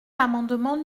l’amendement